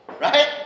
right